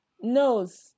Nose